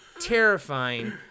terrifying